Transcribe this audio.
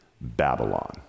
Babylon